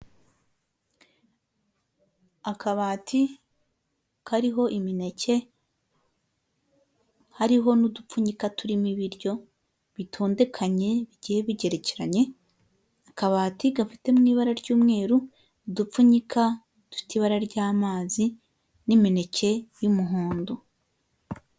Akabati kariho imineke hariho n'udupfunyika turimo ibiryo bitondekanye bigiye bigerekeranye akabati gafite ibara ry'umweru udupfunyika dufite ibara ry'amazi n'imineke y'umuhondo .